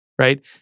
right